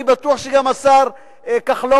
אני בטוח שגם השר כחלון,